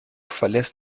verlässt